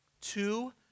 Two